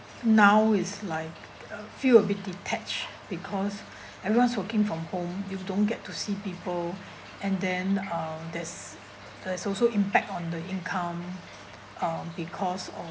now is like uh feel a bit detached because everyone's working from home you don't get to see people and then uh there's there's also impact on the income um because of